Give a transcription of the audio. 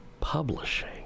publishing